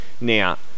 Now